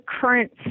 current